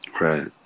Right